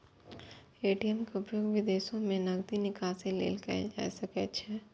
ATM के उपयोग विदेशो मे नकदी निकासी लेल कैल जा सकैत छैक